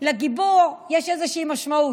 לגיבור יש איזושהי משמעות.